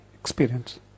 Experience